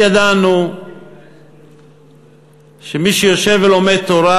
תמיד ידענו שמי שיושב ולומד תורה,